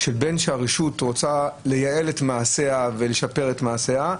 שבין שהרשות רוצה לייעל את מעשיה ולשפר את מעשיה,